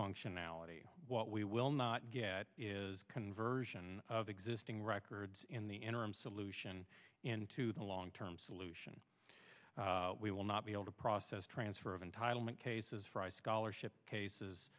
functionality what we will not get is conversion of existing records in the interim solution into the long term solution we will not be able to process transfer of entitlement cases fry scholarship cases